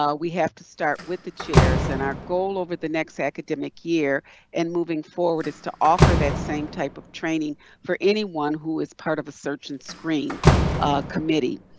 we have to start with the chairs and our goal over the next academic year and moving forward is to offer that same type of training for anyone who is part of a search and screen committee.